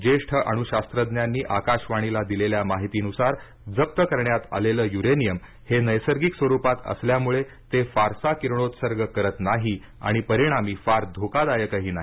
ज्येष्ठ अणू शास्त्रज्ञांनी आकाशवाणीला दिलेल्या माहितीनुसार जप्त करण्यात आलेलं युरेनियम हे नैसर्गिक स्वरुपात असल्यामुळे ते फारसा किरणोत्सर्ग करत नाही आणि परिणामी फार धोकादायकही नाही